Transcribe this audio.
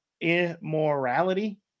immorality